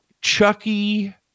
Chucky